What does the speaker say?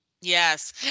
Yes